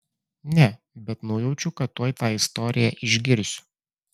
ne bet nujaučiu kad tuoj tą istoriją išgirsiu